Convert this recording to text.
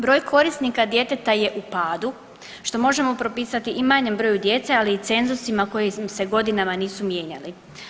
Broj korisnika djeteta je u padu što možemo propisati i manjem broju djece, ali cenzusima koji se godinama nisu mijenjali.